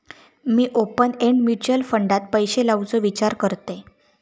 मी open end mutual फंडात पैशे लावुचो विचार करतंय